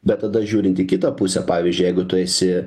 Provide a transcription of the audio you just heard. bet tada žiūrint į kitą pusę pavyzdžiui jeigu tu esi